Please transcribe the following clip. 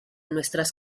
nuestras